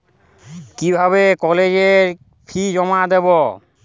কিভাবে কলেজের ফি জমা দেবো?